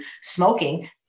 smoking